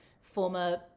former